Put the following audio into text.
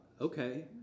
okay